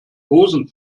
hosen